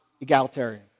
egalitarian